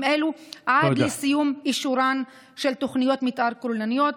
אלה עד לסיום אישורן של תוכניות מתאר כוללניות.